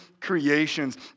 creations